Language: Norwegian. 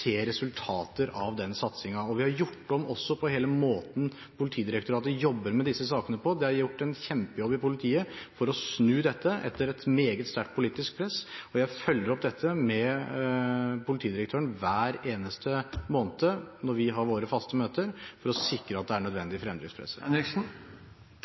resultater av den satsingen. Vi har også gjort om på hele måten Politidirektoratet jobber med disse sakene på. Det er gjort en kjempejobb i politiet for å snu dette etter et meget sterkt politisk press, og jeg følger opp dette med politidirektøren hver eneste måned, når vi har våre faste møter, for å sikre at det er